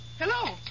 Hello